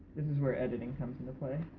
this is where editing comes into play.